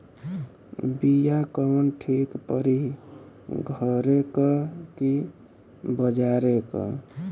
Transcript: बिया कवन ठीक परी घरे क की बजारे क?